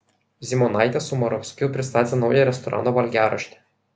zymonaitė su moravskiu pristatė naują restorano valgiaraštį